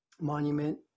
monument